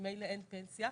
אין פנסיה,